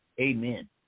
Amen